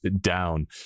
down